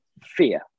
fear